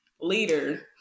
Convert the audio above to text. leader